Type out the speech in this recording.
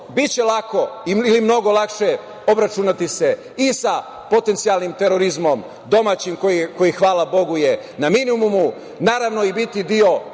biće lako ili mnogo lakše obračunati se i sa potencijalnim terorizmom, domaćim, koji je, hvala Bogu, na minimumu i naravno biti deo